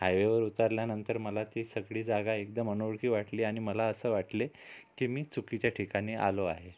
हायवेवर उतरल्यानंतर मला ती सगळी जागा एकदम अनोळखी वाटली आणि मला असं वाटले की मी चुकीच्या ठिकाणी आलो आहे